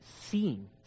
seeing